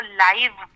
live